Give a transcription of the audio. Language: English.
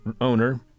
owner